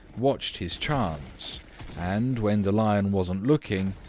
watched his chance and, when the lion wasn't looking,